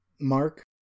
mark